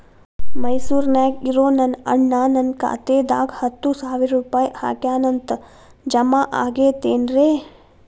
ಮೈಸೂರ್ ನ್ಯಾಗ್ ಇರೋ ನನ್ನ ಅಣ್ಣ ನನ್ನ ಖಾತೆದಾಗ್ ಹತ್ತು ಸಾವಿರ ರೂಪಾಯಿ ಹಾಕ್ಯಾನ್ ಅಂತ, ಜಮಾ ಆಗೈತೇನ್ರೇ?